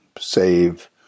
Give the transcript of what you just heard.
save